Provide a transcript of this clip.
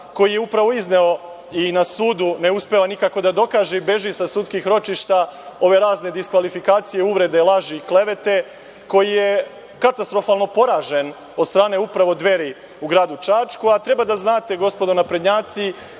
koji je upravo izneo, i na sudu ne uspeva nikako da dokaže i beži sa sudskih ročišta, ove razne diskvalifikacije, uvrede, laži i klevete, koji je katastrofalno poražen od strane upravo Dveri u gradu Čačku, a treba da znate, gospodo naprednjaci,